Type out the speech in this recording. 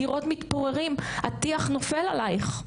הקירות מתפוררים והטיח נופל עלייך.